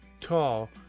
tall